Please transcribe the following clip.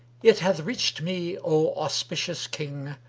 it hath reached me, o auspicious king,